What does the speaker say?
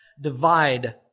divide